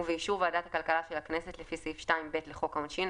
ובאישור ועדת הכלכלה של הכנסת לפי סעיף 2(ב) לחוק העונשין,